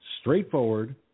straightforward